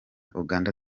uganda